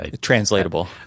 Translatable